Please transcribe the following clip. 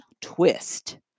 twist